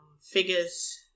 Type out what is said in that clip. figures